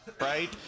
right